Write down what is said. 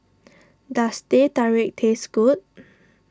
does Teh Tarik taste good